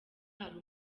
hari